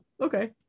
okay